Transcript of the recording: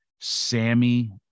Sammy